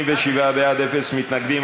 87 בעד, אפס מתנגדים.